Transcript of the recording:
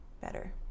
better